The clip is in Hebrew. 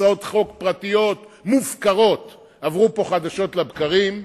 הצעות חוק פרטיות מופקרות עברו פה חדשות לבקרים,